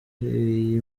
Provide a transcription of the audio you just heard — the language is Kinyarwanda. iyi